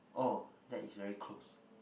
oh that is very close